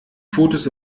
fotos